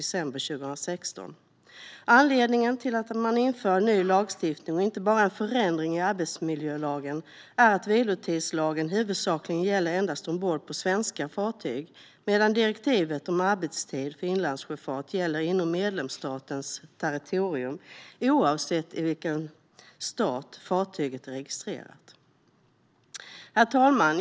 Genomförande av EU:s direktiv om arbetstidens förlägg-ning vid transporter på inre vattenvägar Anledningen till att man inför en ny lagstiftning och inte bara en förändring i arbetsmiljölagen är att vilotidslagen huvudsakligen gäller endast ombord på svenska fartyg, medan direktivet om arbetstid för inlandssjöfart gäller inom medlemsstatens territorium oavsett i vilken stat fartyget är registrerat. Herr talman!